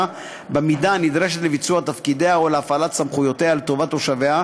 במידה הנדרשת לביצוע תפקידיה או להפעלת סמכויותיה לטובת תושביה,